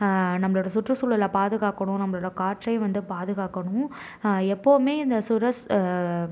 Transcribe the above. நம்பளோடய சுற்றுசூழலை பாதுகாக்கணும் நம்மளோடய காற்றை வந்து பாதுக்காக்கணும் எப்போவுமே இந்த சுரஸ்